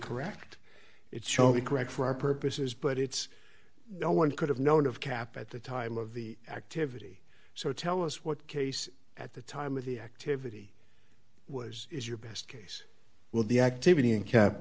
correct it's only correct for our purposes but it's no one could have known of cap at the time of the activity so tell us what case at the time of the activity was is your best case will the activity